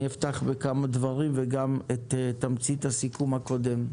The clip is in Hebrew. אני אפתח בכמה דברים, וגם את תמצית הסיכום הקודם.